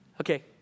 Okay